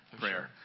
prayer